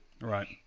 Right